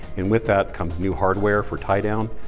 and with that comes new hardware for tie down,